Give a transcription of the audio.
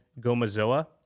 Gomazoa